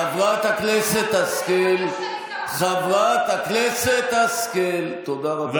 חברת הכנסת השכל, תודה רבה לך.